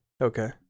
Okay